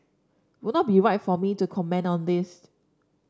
would not be right for me to comment on this